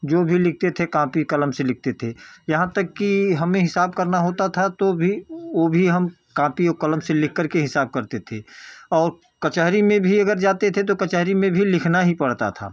जो भी लिखते थे कापी और कलम से ही लिखते थे यहाँ तक कि हमें हिसाब करना होता था तो भी वो भी हम कॉपी और कलम से लिखकर के हिसाब करते थे और कचहरी में भी अगर जाते थे तो कचहरी में भी लिखना ही पड़ता था